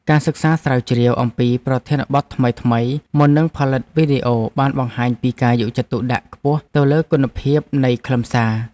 ការសិក្សាស្រាវជ្រាវអំពីប្រធានបទថ្មីៗមុននឹងផលិតវីដេអូបានបង្ហាញពីការយកចិត្តទុកដាក់ខ្ពស់ទៅលើគុណភាពនៃខ្លឹមសារ។